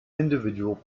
individual